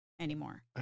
anymore